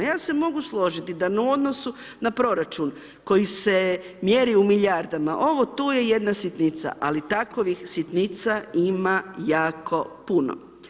Ja se mogu složiti da u odnosu na proračun koji se mjeri u milijardama, ovo tu je jedna sitnica, ali takovih sitnica ima jako puno.